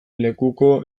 lekuko